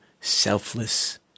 selfless